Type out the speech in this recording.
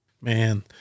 Man